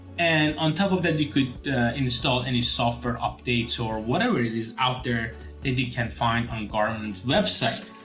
and on top of that, you could install any software updates or whatever it is out there that you can find on garmin's website.